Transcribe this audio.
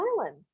island